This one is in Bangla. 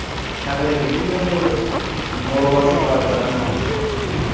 সাগরে বিভিন্ন ধরনের বড়ো মাছের বাজার আছে